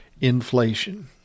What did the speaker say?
Inflation